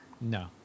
No